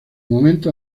momento